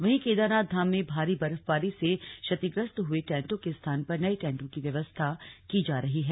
वहीं केदारनाथ धाम में भारी बर्फबारी से क्षतिग्रस्त हुए टेंटों के स्थान पर नए टेंटों की व्यवस्था की जा रही है